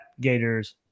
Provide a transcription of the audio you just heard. gators